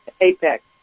apex